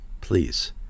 please